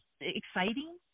exciting